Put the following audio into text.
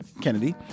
Kennedy